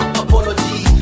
apology